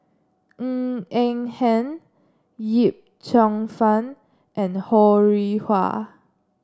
Ng Eng Hen Yip Cheong Fun and Ho Rih Hwa